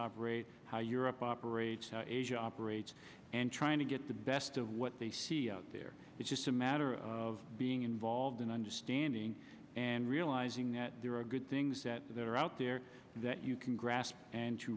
operate how europe operates how asia operates and trying to get the best of what they they're it's just a matter of being involved and understanding and realizing that there are good things that are out there that you can grasp and